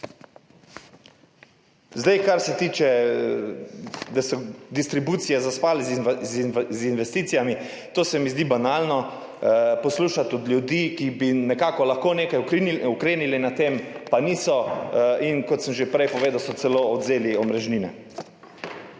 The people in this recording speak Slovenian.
tega. Kar se tiče, da so distribucije zaspale z investicijami, to se mi zdi banalno poslušati od ljudi, ki bi nekako lahko nekaj ukrenili glede tega, pa niso, kot sem že prej povedal, so celo odvzeli omrežnine.